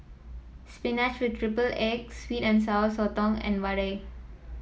spinach with triple egg sweet and Sour Sotong and vadai